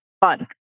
fun